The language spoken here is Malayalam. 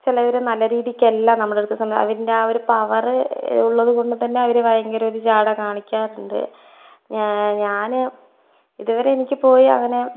ചിലവര് നല്ല രീതിക്കല്ല നമ്മുടെ അടുത്ത് സം അവരിൻ്റെ ആ ഒരു പവറ് ഉള്ളതുകൊണ്ട് തന്നെ അവര് ഭയങ്കര ഒരു ജാഡ കാണിക്കാറുണ്ട് ഞാന് ഇതുവരെ എനിക്ക് പോയ അങ്ങനെ